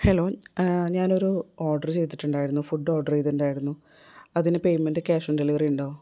hello ഞാനൊരു order ചെയ്തിട്ടുണ്ടായിരുന്നു food order ചെയ്തിട്ടുണ്ടായിരുന്നു അതിനു പേയ്മെൻറ്റ് ക്യാഷ് ഓൺ ഡെലിവറി ഉണ്ടോ